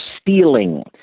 stealing